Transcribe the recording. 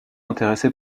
intéressé